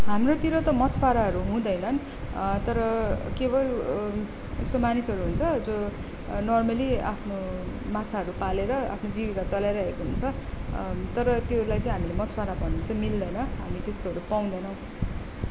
हाम्रोतिर त मछुवाराहरू हुँदैनन् तर केवल यस्तो मानिसहरू हुन्छ जो नर्मली आफ्नो माछाहरू पालेर आफ्नो जीविका चलाइरहेको हुन्छ तर त्योलाई चाहिँ हामीले मछवारा भन्नु चाहिँ मिल्दैन हामी त्यस्तोहरू पाउँदैनौँ